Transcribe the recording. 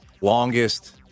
Longest